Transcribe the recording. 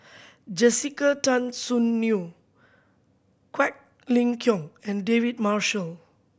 Jessica Tan Soon Neo Quek Ling Kiong and David Marshall